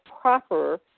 proper